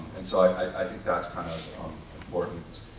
and so i think that's kind of important.